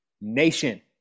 Nation